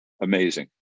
amazing